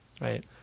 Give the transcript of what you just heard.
right